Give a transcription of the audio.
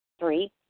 Three